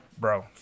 bro